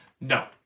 No